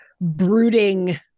brooding